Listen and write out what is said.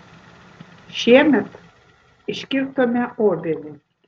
šiemet iškirtome obelį